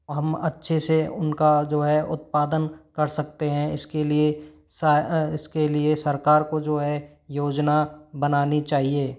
और हम अच्छे से उनका जो है उत्पादन कर सकते हैं इसके लिए इसके लिए सरकार को जो है योजना बनानी चाहिए